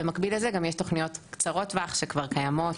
במקביל לזה יש תוכניות קצרות טווח שכבר קיימות,